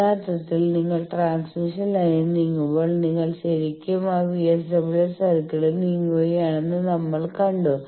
യഥാർത്ഥത്തിൽ നിങ്ങൾ ട്രാൻസ്മിഷൻ ലൈനിൽ നീങ്ങുമ്പോൾ നിങ്ങൾ ശെരിക്കും ആ വിഎസ്ഡബ്ല്യുആർ സർക്കിളിൽ നീങ്ങുകയാണെന്ന് നമ്മൾ കണ്ടു